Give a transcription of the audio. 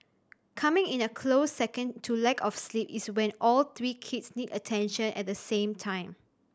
coming in a close second to lack of sleep is when all three kids need attention at the same time